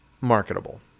marketable